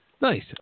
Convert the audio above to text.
Nice